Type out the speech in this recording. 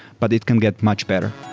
but it can get much better.